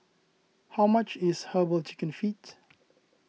how much is Herbal Chicken Feet